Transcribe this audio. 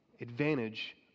advantage